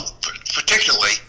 Particularly